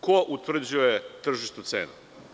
Ko utvrđuje tržišnu cenu?